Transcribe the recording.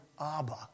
Abba